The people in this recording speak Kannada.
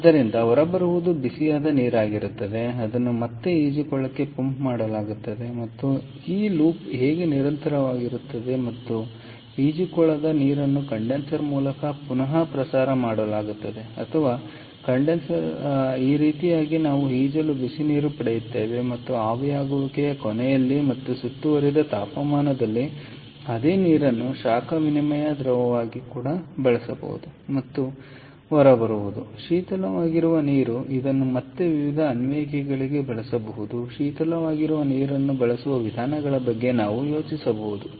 ಆದ್ದರಿಂದ ಹೊರಬರುವುದು ಬಿಸಿಯಾದ ನೀರಾಗಿರುತ್ತದೆ ಅದನ್ನು ಮತ್ತೆ ಈಜುಕೊಳಕ್ಕೆ ಪಂಪ್ ಮಾಡಲಾಗುತ್ತದೆ ಮತ್ತು ಈ ಲೂಪ್ ಹೇಗೆ ನಿರಂತರವಾಗಿರುತ್ತದೆ ಮತ್ತು ಈಜುಕೊಳದ ನೀರನ್ನು ಕಂಡೆನ್ಸರ್ ಮೂಲಕ ಪುನಃ ಪ್ರಸಾರ ಮಾಡಲಾಗುತ್ತದೆ ಅಥವಾ ಕಂಡೆನ್ಸರ್ ಮೂಲಕ ಪಂಪ್ ಮಾಡಲಾಗುತ್ತದೆ ಮತ್ತು ಈ ರೀತಿಯಾಗಿ ನಾವು ಈಜಲು ಬಿಸಿನೀರನ್ನು ಪಡೆಯುತ್ತೇವೆ ಮತ್ತು ಆವಿಯಾಗುವಿಕೆಯ ಕೊನೆಯಲ್ಲಿ ಮತ್ತೆ ಸುತ್ತುವರಿದ ತಾಪಮಾನದಲ್ಲಿ ಅದೇ ನೀರನ್ನು ಶಾಖ ವಿನಿಮಯ ದ್ರವವಾಗಿ ಬಳಸಬಹುದು ಮತ್ತು ಏನು ಹೊರಬರುವುದು ಶೀತಲವಾಗಿರುವ ನೀರು ಇದನ್ನು ಮತ್ತೆ ವಿವಿಧ ಅನ್ವಯಿಕೆಗಳಿಗೆ ಬಳಸಬಹುದು ಶೀತಲವಾಗಿರುವ ನೀರನ್ನು ಬಳಸುವ ವಿಧಾನಗಳ ಬಗ್ಗೆ ನಾವು ಯೋಚಿಸಬಹುದು